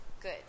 Good